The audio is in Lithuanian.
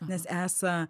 nes esą